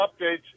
updates